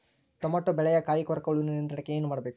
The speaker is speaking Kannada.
ಟೊಮೆಟೊ ಬೆಳೆಯ ಕಾಯಿ ಕೊರಕ ಹುಳುವಿನ ನಿಯಂತ್ರಣಕ್ಕೆ ಏನು ಮಾಡಬೇಕು?